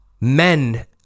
men